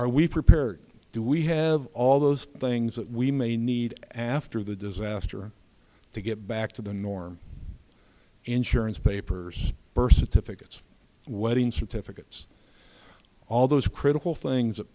are we prepared do we have all those things that we may need after the disaster to get back to the norm insurance papers person to pick wedding certificates all those critical things that